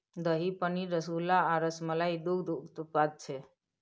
दही, पनीर, रसगुल्ला आ रसमलाई दुग्ध उत्पाद छै